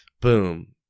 Boom